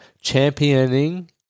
Championing